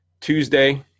Tuesday